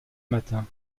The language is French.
matin